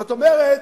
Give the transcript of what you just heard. זאת אומרת,